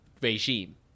regime